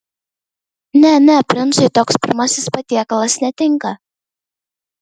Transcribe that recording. ne ne princui toks pirmasis patiekalas netinka